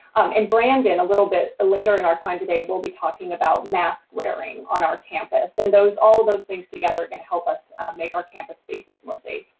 and brandon a little bit later in our time today will be talking about mask wearing on our campus, and those all those things together can help us make our campus spaces more safe.